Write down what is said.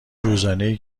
روزانهای